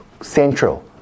central